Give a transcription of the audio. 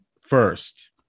First